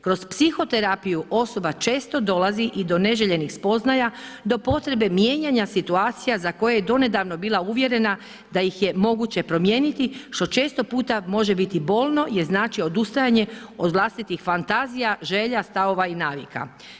Kroz psihoterapiju osoba često dolazi i do neželjenih spoznaja, do potrebe mijenjanja situacija za koje je do nedavno bila uvjerena da ih je moguće promijeniti što često puta može biti bolno jer znači odustajanje od vlastitih fantazija, želja, stavova i navika.